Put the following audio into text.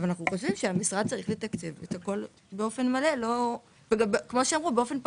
אבל אנחנו חושבים שהמשרד צריך לתקצב את הכול באופן מלא וכמו שאמרו,